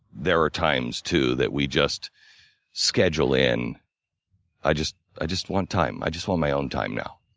there are times, too, that we just schedule in i just i just want time. i just want my own time, now,